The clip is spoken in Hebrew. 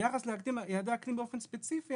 ביחס ליעדי אקלים באופן ספציפי,